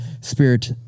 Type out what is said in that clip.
spirit